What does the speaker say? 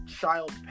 Child